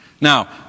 Now